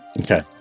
Okay